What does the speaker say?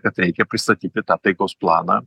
kad reikia pristatyti tą taikos planą